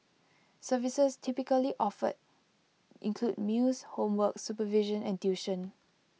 services typically offered include meals homework supervision and tuition